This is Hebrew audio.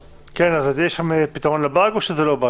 17:20) אז יש לכם פתרון לבאג או שזה לא באג?